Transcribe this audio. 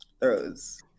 throws